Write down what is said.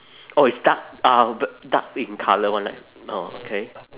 oh it's dark uh dark in colour [one] lah orh okay